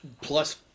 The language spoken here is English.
plus